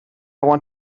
want